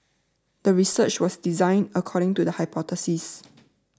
the research was designed according to the hypothesis